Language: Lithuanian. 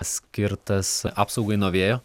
skirtas apsaugai nuo vėjo